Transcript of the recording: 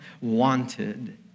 wanted